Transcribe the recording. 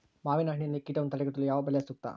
ಮಾವಿನಹಣ್ಣಿನಲ್ಲಿ ಕೇಟವನ್ನು ತಡೆಗಟ್ಟಲು ಯಾವ ಬಲೆ ಸೂಕ್ತ?